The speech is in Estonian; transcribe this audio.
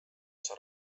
osa